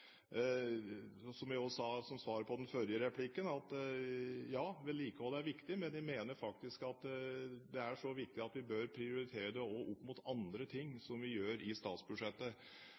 slik, som jeg også ga som svar på den forrige replikken, at ja, vedlikehold er viktig. Men jeg mener at det faktisk er så viktig at vi bør prioritere det også opp mot andre ting som vi gjør i statsbudsjettet.